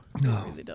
No